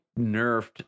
nerfed